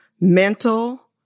mental